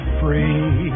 free